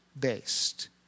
based